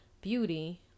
Beauty